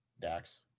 Dax